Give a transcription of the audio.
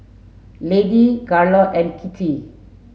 Lady Garold and Kitty